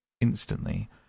Instantly